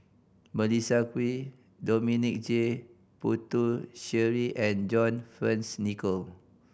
Melissa Kwee Dominic J Puthucheary and John Fearns Nicoll